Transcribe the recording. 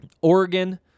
Oregon